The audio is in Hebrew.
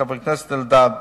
חבר הכנסת אלדד,